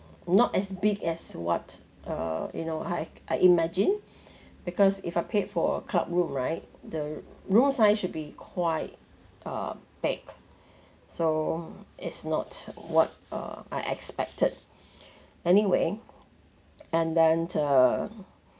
not as big as what uh you know I I imagine because if I paid for a clubroom right the room size should be quite um big so it's not what uh I expected anyway and then uh